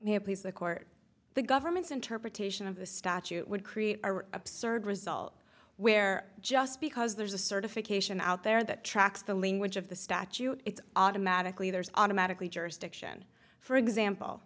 it please the court the government's interpretation of the statute would create an absurd result where just because there's a certification out there that tracks the language of the statute it's automatically there's automatically jurisdiction for